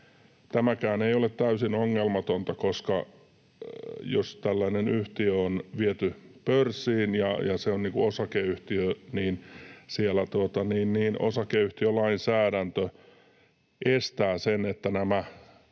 tämäkään ei ole täysin ongelmatonta, koska jos tällainen yhtiö on viety pörssiin ja se on niin kuin osakeyhtiö, niin siellä osakeyhtiölainsäädäntö estää sen, että nämä